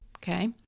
Okay